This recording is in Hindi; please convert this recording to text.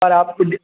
सर आप खुद ही